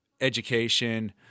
education